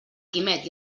quimet